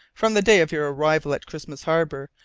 from the day of your arrival at christmas harbour,